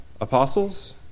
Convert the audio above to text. apostles